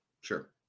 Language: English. Sure